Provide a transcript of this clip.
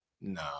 No